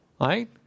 Right